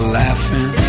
laughing